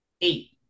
eight